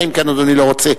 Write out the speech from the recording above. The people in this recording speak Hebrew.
אלא אם כן אדוני לא רוצה.